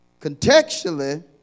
Contextually